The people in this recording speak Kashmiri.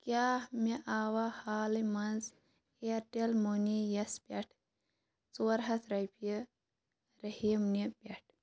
کیٛاہ مےٚ آوا حالٕے منٛز اِیَرٹیٚل مٔنی یَس پٮ۪ٹھ ژور ہتھ رۄپیہِ رٔحیٖم نہِ پٮ۪ٹھ